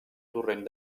torrent